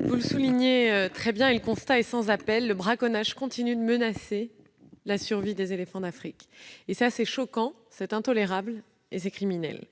vous l'avez souligné, le constat est sans appel : le braconnage continue de menacer la survie des éléphants d'Afrique. C'est choquant, intolérable, criminel !